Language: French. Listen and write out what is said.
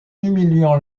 humiliant